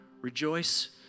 Rejoice